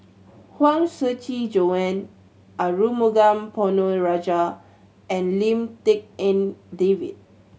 Huang Shiqi Joan Arumugam Ponnu Rajah and Lim Tik En David